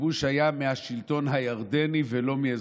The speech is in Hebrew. הכיבוש היה מהשלטון הירדני ולא מאזרחים.